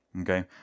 Okay